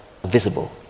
visible